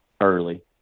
early